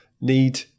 need